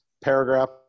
paragraph